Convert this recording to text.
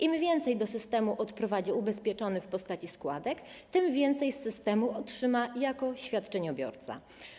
Im więcej do systemu odprowadził ubezpieczony w postaci składek, tym więcej z systemu otrzyma jako świadczeniobiorca.